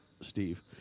Steve